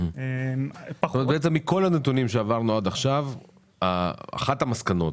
זה פחות --- אז בעצם מכל הנתונים שראינו עד עכשיו אחת המסקנות